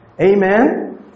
Amen